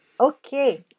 Okay